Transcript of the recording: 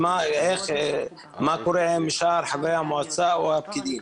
מה קורה עם שאר חברי המועצה או הפקידים,